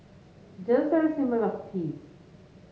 doves are a symbol of peace